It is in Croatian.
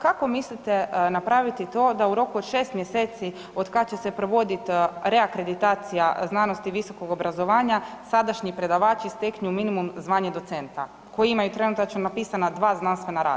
Kako mislite napraviti to da u roku od 6 mj. od kad će se provodit reakreditacija znanosti i visokog obrazovanja, sadašnji predavači steknu minimum zvanje docenta koji imaju trenutačno napisana dva znanstvena rada?